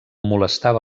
molestava